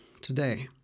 today